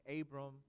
Abram